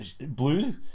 blue